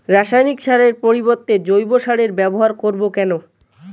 রাসায়নিক সারের পরিবর্তে জৈব সারের ব্যবহার করব কেন?